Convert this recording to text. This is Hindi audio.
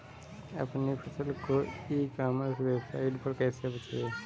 अपनी फसल को ई कॉमर्स वेबसाइट पर कैसे बेचें?